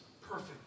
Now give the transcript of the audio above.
perfect